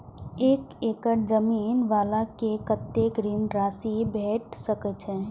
एक एकड़ जमीन वाला के कतेक ऋण राशि भेट सकै छै?